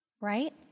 right